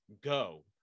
go